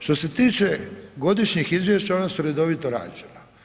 Što se tiče godišnjih izvješća ona su redovito rađena.